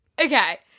Okay